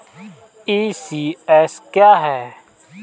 ECS क्या है?